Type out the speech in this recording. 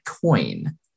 coin